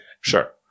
Sure